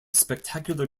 spectacular